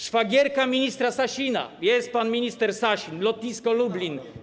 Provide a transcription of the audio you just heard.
Szwagierka ministra Sasina - jest pan minister Sasin - lotnisko Lublin.